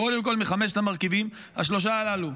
קודם כול, מחמשת המרכיבים, השלושה הללו.